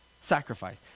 sacrifice